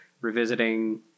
revisiting